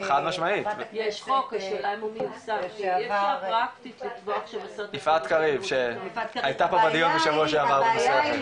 יש חוק, הבעיה באמת שיש לנו --- נכון במיוחד עם